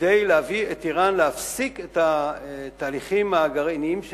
כדי להביא את אירן להפסקת התהליכים הגרעיניים שלהם,